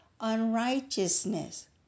unrighteousness